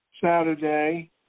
Saturday